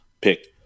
pick